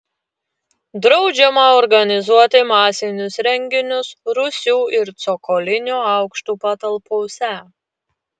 draudžiama organizuoti masinius renginius rūsių ir cokolinių aukštų patalpose